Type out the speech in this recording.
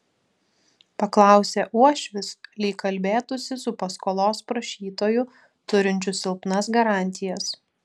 paklausė uošvis lyg kalbėtųsi su paskolos prašytoju turinčiu silpnas garantijas